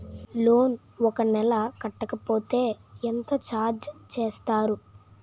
Loan ఒక నెల కట్టకపోతే ఎంత ఛార్జ్ చేస్తారు?